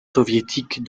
soviétiques